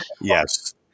Yes